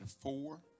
four